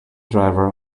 driver